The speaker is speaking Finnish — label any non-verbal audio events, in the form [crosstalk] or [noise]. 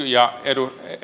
[unintelligible] ja